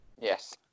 Yes